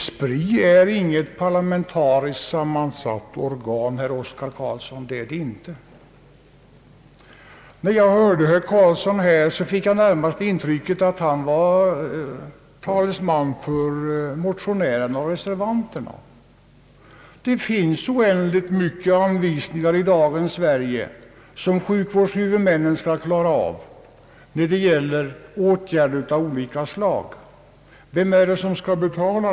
SPRI är inget parlamentariskt sammansatt organ, herr Oscar Carlsson. När jag lyssnade till herr Carlsson fick jag närmast det intrycket att han var talesman för motionärerna och reservanterna. Det finns oändligt många anvisningar i dagens Sverige om åtgärder av olika slag, som sjukvårdshuvudmännen skall klara av. Men vem är det som skall betala allt detta?